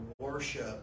worship